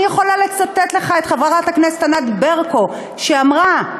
אני יכולה לצטט לך את חברת הכנסת ענת ברקו, שאמרה: